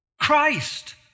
Christ